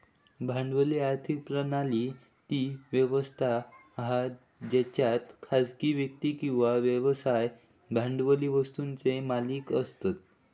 भांडवली आर्थिक प्रणाली ती व्यवस्था हा जेच्यात खासगी व्यक्ती किंवा व्यवसाय भांडवली वस्तुंचे मालिक असतत